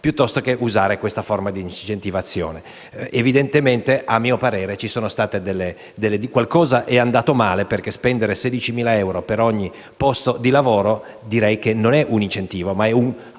piuttosto che usare questa forma d'incentivazione. A mio parere, evidentemente, qualcosa è andato male. Spendere 16.000 euro per ogni posto di lavoro direi che non è un incentivo, ma un